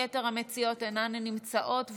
יתר המציעות אינן נמצאות,